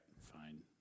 fine